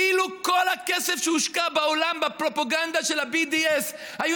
אילו את כל הכסף שהושקע בעולם בפרופגנדה של ה-BDS היו